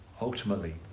ultimately